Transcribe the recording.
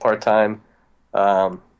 part-time